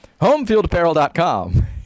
homefieldapparel.com